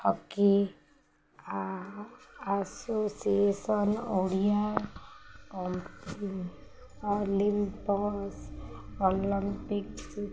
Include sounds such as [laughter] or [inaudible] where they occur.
hockey association Odia [unintelligible] Olympics